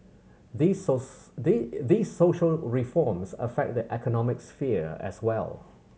these these social reforms affect the economic sphere as well